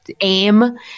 aim